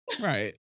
Right